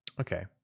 okay